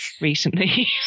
Recently